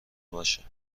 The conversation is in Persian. باشه